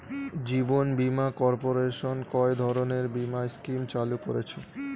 জীবন বীমা কর্পোরেশন কয় ধরনের বীমা স্কিম চালু করেছে?